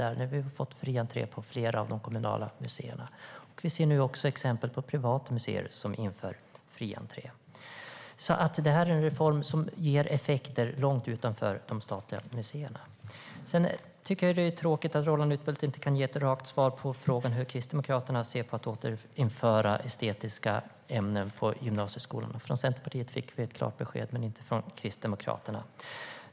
Där har vi fått fri entré på flera av de kommunala museerna. Vi ser nu också exempel på privata museer som inför fri entré. Det här är alltså en reform som ger effekter långt utanför de statliga museerna. Jag tycker att det är tråkigt att Roland Utbult inte kan ge ett rakt svar på frågan om hur Kristdemokraterna ser på att återinföra estetiska ämnen på gymnasieskolorna. Från Centerpartiet fick vi ett klart besked, men inte från Kristdemokraterna.